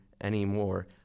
anymore